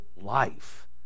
life